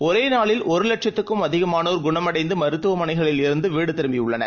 ஒரேநாளில்ஒருலட்சத்துக்கும்அதிகமானோர்குணம்அடைந்துமருத்துவமனைகளில்இருந்துவீ டுதிரும்பியுள்ளனர்